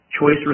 choice